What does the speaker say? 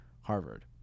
Harvard